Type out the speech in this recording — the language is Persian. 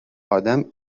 آدم